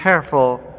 careful